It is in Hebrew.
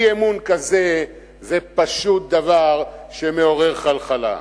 אי-אמון כזה זה פשוט דבר שמעורר חלחלה.